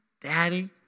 daddy